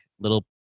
little